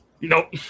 Nope